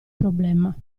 problema